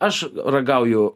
aš ragauju